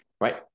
Right